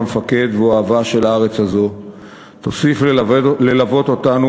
המפקד ואוהבה של הארץ הזו תוסיף ללוות אותנו